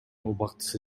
убактысы